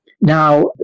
Now